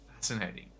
fascinating